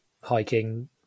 Hiking